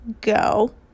go